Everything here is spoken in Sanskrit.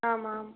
आम् आम्